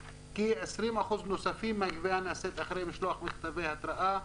כ-20% נוספים מהגבייה נעשית אחרי משלוח מכתבי התרעה,